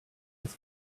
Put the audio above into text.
was